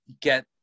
get